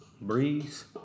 Breeze